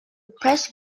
press